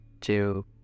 two